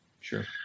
Sure